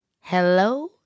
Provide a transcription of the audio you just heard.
Hello